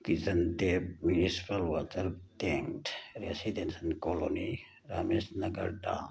kitchen tap municipal water ꯇꯦꯡ residential colony Ramesh ꯅꯥꯒꯔꯗ